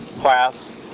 class